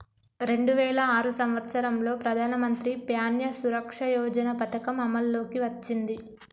రెండు వేల ఆరు సంవత్సరంలో ప్రధానమంత్రి ప్యాన్య సురక్ష యోజన పథకం అమల్లోకి వచ్చింది